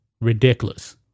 ridiculous